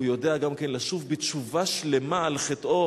הוא יודע גם כן לשוב בתשובה שלמה על חטאו,